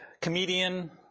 comedian